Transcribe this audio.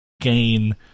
gain